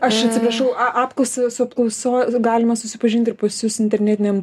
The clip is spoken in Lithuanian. aš atsiprašau a apklausa su apklauso galima susipažinti ir pas jus internetiniam